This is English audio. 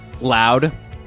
Loud